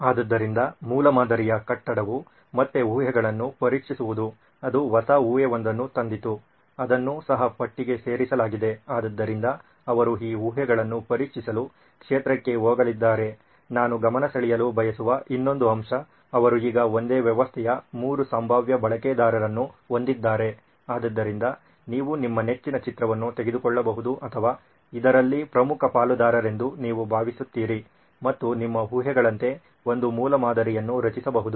ಆದ್ದರಿಂದ ಮೂಲಮಾದರಿಯ ಕಟ್ಟಡವು ಮತ್ತೆ ಊಹೆಗಳನ್ನು ಪರೀಕ್ಷಿಸುವುದು ಅದು ಹೊಸ ಊಹೆಯೊಂದನ್ನು ತಂದಿತು ಅದನ್ನು ಸಹ ಪಟ್ಟಿಗೆ ಸೇರಿಸಲಾಗಿದೆ ಆದ್ದರಿಂದ ಅವರು ಈ ಊಹೆಗಳನ್ನು ಪರೀಕ್ಷಿಸಲು ಕ್ಷೇತ್ರಕ್ಕೆ ಹೋಗಲಿದ್ದಾರೆ ನಾನು ಗಮನಸೆಳೆಯಲು ಬಯಸುವ ಇನ್ನೊಂದು ಅಂಶ ಅವರು ಈಗ ಒಂದೇ ವ್ಯವಸ್ಥೆಯ ಮೂರು ಸಂಭಾವ್ಯ ಬಳಕೆದಾರರನ್ನು ಹೊಂದಿದ್ದಾರೆ ಆದ್ದರಿಂದ ನೀವು ನಿಮ್ಮ ಮೆಚ್ಚಿನ ಚಿತ್ರವನ್ನು ತೆಗೆದುಕೊಳ್ಳಬಹುದು ಅಥವಾ ಇದರಲ್ಲಿ ಪ್ರಮುಖ ಪಾಲುದಾರರೆಂದು ನೀವು ಭಾವಿಸುತ್ತೀರಿ ಮತ್ತು ನಿಮ್ಮ ಊಹೆಗಳಂತೆ ಒಂದು ಮೂಲಮಾದರಿಯನ್ನು ರಚಿಸಬಹುದು